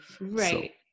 Right